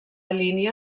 línia